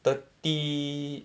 thirty